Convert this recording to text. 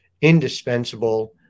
indispensable